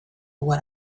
what